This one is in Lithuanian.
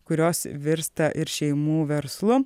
kurios virsta ir šeimų verslu